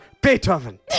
Beethoven